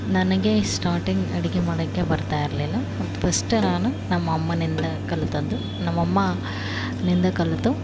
ನನಗೆ ಸ್ಟಾರ್ಟಿಂಗ್ ಅಡುಗೆ ಮಾಡೋಕ್ಕೆ ಬರ್ತಾ ಇರಲಿಲ್ಲ ಫರ್ಸ್ಟು ನಾನು ನಮ್ಮ ಅಮ್ಮನಿಂದ ಕಲಿತದ್ದು ನಮ್ಮ ಅಮ್ಮನಿಂದ ಕಲಿತು